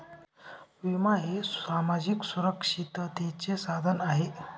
विमा हे सामाजिक सुरक्षिततेचे साधन आहे